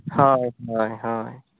ᱦᱳᱭ ᱦᱳᱭ ᱦᱳᱭ